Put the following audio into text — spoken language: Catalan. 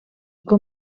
com